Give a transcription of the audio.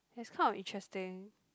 it's kind of interesting